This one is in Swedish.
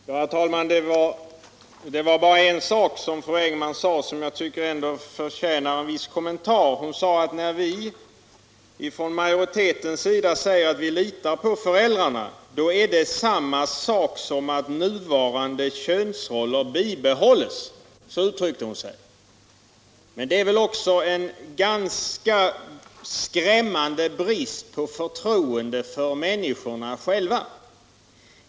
Herr talman! Det är bara en sak i fröken Engmans anförande som jag tycker förtjänar en viss kommentar. Fröken Engman sade att när vi från majoritetens sida säger att vi litar på föräldrarna, så är det samma sak som att nuvarande könsfördelning och könsfördomar kommer att bibehållas. Men det uttalandet visar väl en ganska skrämmande brist på förtroende för människorna själva.